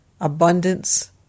abundance